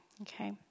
okay